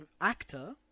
actor